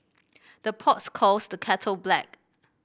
the pots calls the kettle black